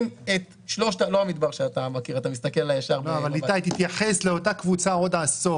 אבל איתי, תתייחס לאותה קבוצה עוד עשור.